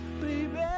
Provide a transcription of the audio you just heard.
baby